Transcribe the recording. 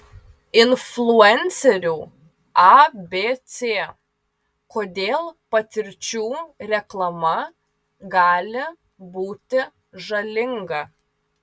influencerių abc kodėl patirčių reklama gali būti žalinga